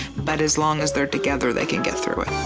but as long as they're together they can get through it.